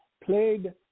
played